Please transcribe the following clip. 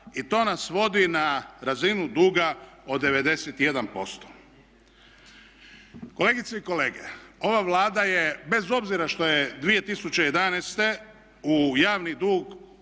I to nas vodi na razinu duga od 91%. Kolegice i kolege ova Vlada je, bez obzira što je 2011. u javni dug utrpala